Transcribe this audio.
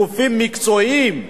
גופים מקצועיים,